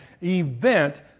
event